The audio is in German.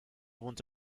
wohnt